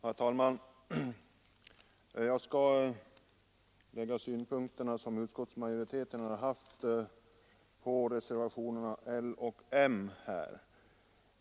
Herr talman! Jag skall framföra några av de synpunkter som utskottsmajoriteten anlägger när det gäller reservationerna L och M.